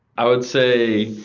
i would say,